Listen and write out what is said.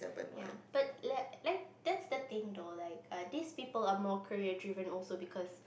ya but like like that's the thing though like these people are more career driven also because